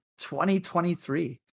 2023